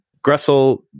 Gressel